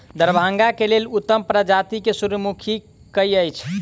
दरभंगा केँ लेल उत्तम प्रजाति केँ सूर्यमुखी केँ अछि?